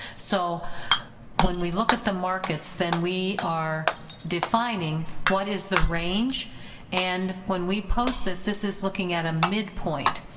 so when we look at the markets then we are defining what is the range and when we post this, this is looking at a midpoint.